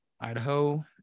Idaho